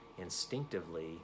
instinctively